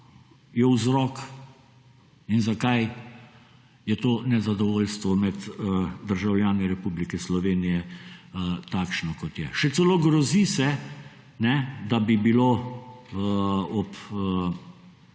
je vzrok in zakaj je to nezadovoljstvo med državljani Republike Slovenije takšno kot je. Še celo grozi se, da bi bilo ob